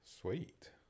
Sweet